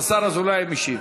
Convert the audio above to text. השר אזולאי משיב.